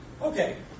Okay